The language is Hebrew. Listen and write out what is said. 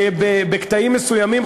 בקטעים מסוימים,